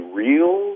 real